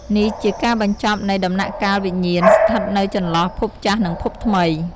នេះជាការបញ្ចប់នៃ ដំណាក់កាលវិញ្ញាណស្ថិតនៅចន្លោះភពចាស់និងភពថ្មី។